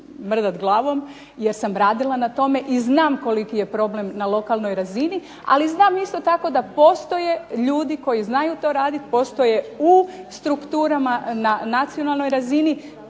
mrdati glavom jer sam radila na tome, i znam koliki je problem na lokalnoj razini. Ali znam isto tako da postoje ljudi koji znaju to raditi, postoje u strukturama na nacionalnoj razini,